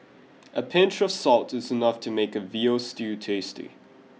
a pinch of salt is enough to make a veal stew tasty